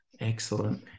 Excellent